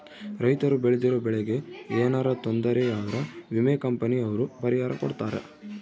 ರೈತರು ಬೆಳ್ದಿರೋ ಬೆಳೆ ಗೆ ಯೆನರ ತೊಂದರೆ ಆದ್ರ ವಿಮೆ ಕಂಪನಿ ಅವ್ರು ಪರಿಹಾರ ಕೊಡ್ತಾರ